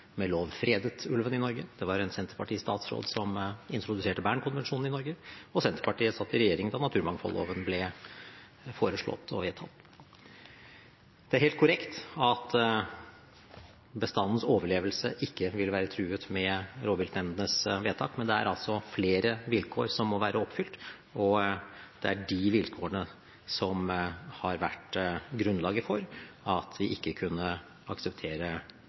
med lov fredet ulven i Norge, det var en senterpartistatsråd som introduserte Bern-konvensjonen i Norge, og Senterpartiet satt i regjering da naturmangfoldloven ble foreslått og vedtatt. Det er helt korrekt at bestandens overlevelse ikke ville være truet med rovviltnemndenes vedtak, men det er altså flere vilkår som må være oppfylt, og det er de vilkårene som har vært grunnlaget for at vi ikke kunne akseptere